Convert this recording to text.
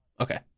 Okay